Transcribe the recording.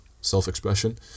self-expression